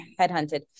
headhunted